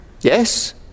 Yes